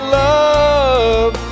love